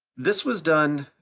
this was done